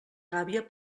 gàbia